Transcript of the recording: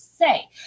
say